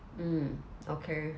mm okay